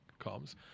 comms